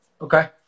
Okay